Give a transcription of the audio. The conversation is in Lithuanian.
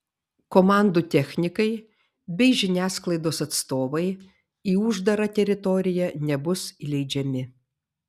komandų technikai bei žiniasklaidos atstovai į uždarą teritoriją nebus įleidžiami